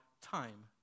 time